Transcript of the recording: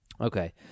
Okay